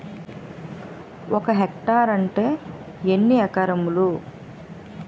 ఒక హెక్టార్ అంటే ఎన్ని ఏకరములు?